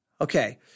Okay